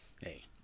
Hey